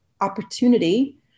opportunity